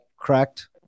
correct